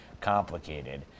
complicated